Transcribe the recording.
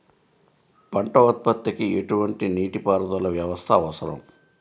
పంట ఉత్పత్తికి ఎటువంటి నీటిపారుదల వ్యవస్థ అవసరం?